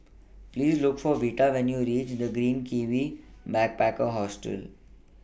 Please Look For Vita when YOU REACH The Green Kiwi Backpacker Hostel